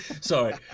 Sorry